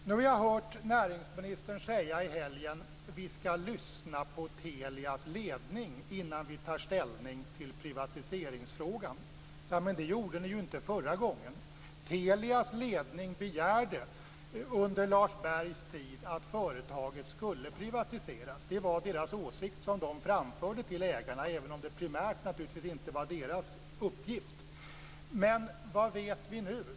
Nu har vi hört näringsministern i helgen säga: Vi ska lyssna på Telias ledning innan vi tar ställning till privatiseringsfrågan. Men det gjorde ni inte förra gången. Telias ledning begärde under Lars Bergs tid att företaget skulle privatiseras. Det var deras åsikt som de framförde till ägarna, även om det primärt naturligtvis inte vara deras uppgift. Men vad vet vi nu?